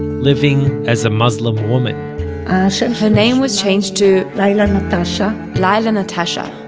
living as a muslim woman so her name was changed to layla natasha layla natasha